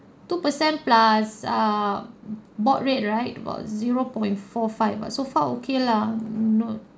two percent plus err board rate right about zero point four five but so far okay lah no